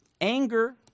Anger